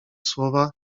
słowa